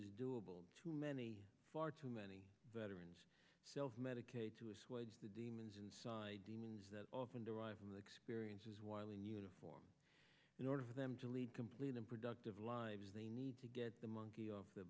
is doable to many far too many veterans self medicate to assuage the demons inside demons that often derive from the experiences while in uniform in order for them to lead complete and productive lives they need to get the monkey off